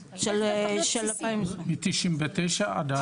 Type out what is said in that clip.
מ-99 עד אז.